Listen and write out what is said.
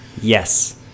Yes